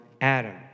Adam